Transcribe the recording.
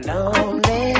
Lonely